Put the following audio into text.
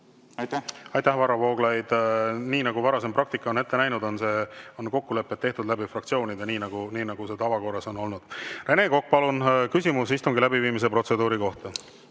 Aitäh, Varro Vooglaid! Nii nagu varasem praktika on ette näinud, on kokkulepped tehtud fraktsioonide kaudu, nii nagu see tavakorras on olnud. Rene Kokk, palun, küsimus istungi läbiviimise protseduuri kohta!